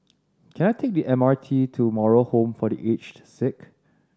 can I take the M R T to Moral Home for The Aged Sick